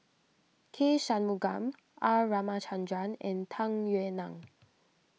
K Shanmugam R Ramachandran and Tung Yue Nang